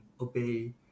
obey